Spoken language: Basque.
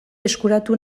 eskuratu